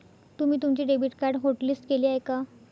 तुम्ही तुमचे debit card hotlist केले आहे का?